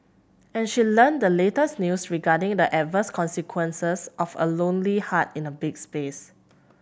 and she learnt the latest news regarding the adverse consequences of a lonely heart in a big space